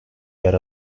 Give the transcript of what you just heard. yer